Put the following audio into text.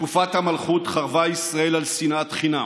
בתקופת המלכות חרבה ישראל על שנאת חינם.